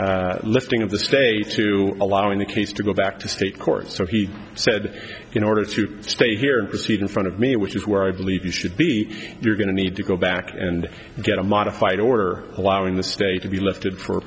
the lifting of the state to allowing the case to go back to state court so he said in order to stay here and proceed in front of me which is where i believe you should be you're going to need to go back and get a modified order allowing the stay to be lifted for